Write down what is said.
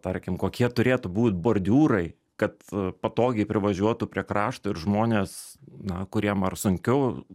tarkim kokie turėtų būt bordiūrai kad patogiai privažiuotų prie krašto ir žmonės na kuriem ar sunkiau